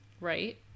right